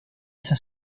esa